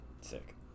sick